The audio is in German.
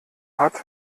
hat